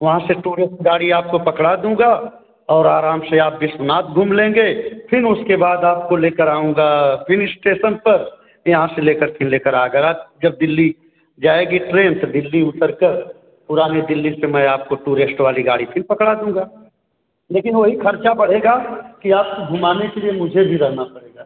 वहाँ से टूरिस्ट गाड़ी आपको पकड़ा दूँगा और आराम से आप विश्वनाथ घूम लेंगे फिर उसके बाद आपको लेकर आऊँगा फिर इस्टेसन पर यहाँ से लेकर फिर लेकर आगरा जब दिल्ली जाएगी ट्रेन तो दिल्ली उतरकर पुरानी दिल्ली से मैं आपको टूरिस्ट वाली गाड़ी फिर पकड़ा दूँगा लेकिन वही खर्चा बढ़ेगा कि आपको घुमाने के लिए मुझे भी रहना पड़ेगा